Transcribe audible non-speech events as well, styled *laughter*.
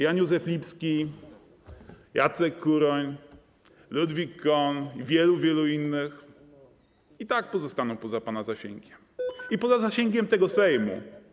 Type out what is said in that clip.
Jan Józef Lipski, Jacek Kuroń, Ludwik Cohn i wielu, wielu innych - oni i tak pozostaną poza pana zasięgiem *noise* i poza zasięgiem tego Sejmu.